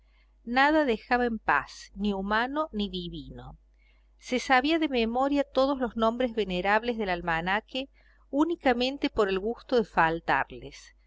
nada dejaba en paz ni humano ni divino se sabía de memoria todos los nombres venerables del almanaque únicamente por el gusto de faltarles